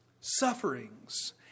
sufferings